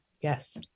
Yes